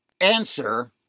Answer